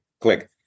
Click